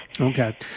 Okay